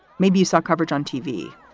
maybe you saw coverage on tv,